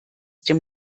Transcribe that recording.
dem